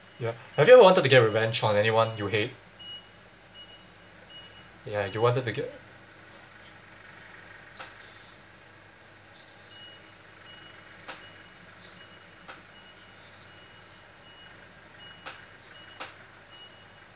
ya have you wanted to get revenge on anyone you hate ya you wanted to get